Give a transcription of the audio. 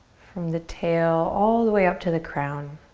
from the tail all the way up to the crown.